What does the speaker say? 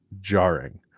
jarring